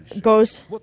goes